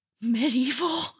medieval